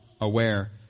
aware